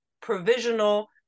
provisional